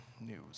news